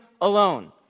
alone